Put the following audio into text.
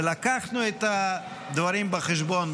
ולקחנו את הדברים בחשבון,